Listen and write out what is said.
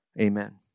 Amen